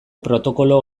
protokolo